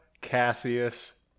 cassius